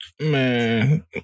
Man